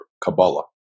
Kabbalah